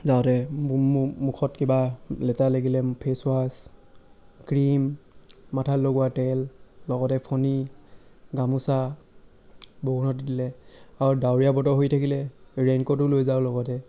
যাওঁতে মুখত কিবা লেতেৰা লাগিলে ফেচৱাশ্ব ক্ৰীম মাথাত লগোৱা তেল লগতে ফণী গামোচা বৰষুণত তিতিলে আৰু ডাৱৰীয়া বতৰ হৈ থাকিলে ৰেইনকোটো লৈ যাওঁ লগতে